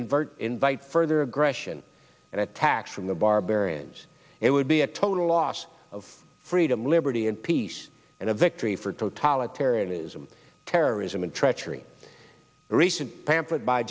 invert invite further aggression and attack from the barbarians it would be a total loss of freedom liberty and peace and a victory for totalitarianism terrorism and treachery a recent pamphlet by